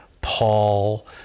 Paul